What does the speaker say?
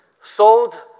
Sold